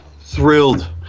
thrilled